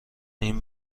این